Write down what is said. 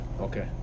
okay